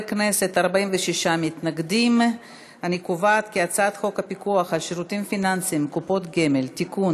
אני קובעת כי הצעת חוק הפיקוח על שירותים פיננסיים (קופות גמל) (תיקון,